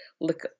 look